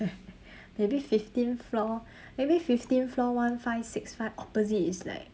maybe fifteen floor maybe fifteen floor one five six five opposite is like